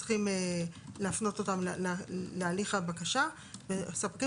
צריכים להפנות אותם להליך הבקשה וספקים